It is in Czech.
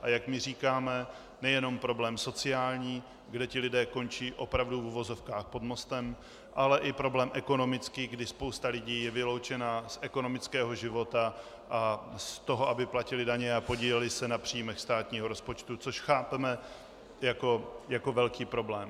A jak my říkáme, nejenom problém sociální, kde ti lidé končí opravdu v uvozovkách pod mostem, ale i problém ekonomický, kdy spousta lidí je vyloučena z ekonomického života a z toho, aby platili daně a podíleli se na příjmech státního rozpočtu, což chápeme jako velký problém.